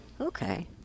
okay